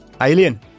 Alien